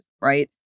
right